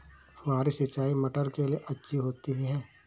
फुहारी सिंचाई मटर के लिए अच्छी होती है?